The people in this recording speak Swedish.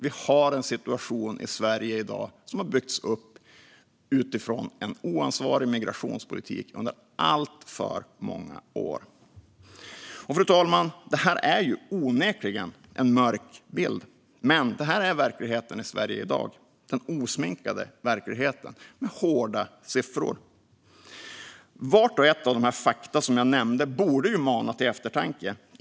Vi har en situation i Sverige i dag som har byggts upp utifrån en oansvarig migrationspolitik under alltför många år. Fru talman! Det här är onekligen en mörk bild, men det är verkligheten i Sverige i dag - den osminkade verkligheten i hårda siffror. Vart och ett av de faktum jag nämnde borde mana till eftertanke.